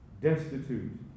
destitute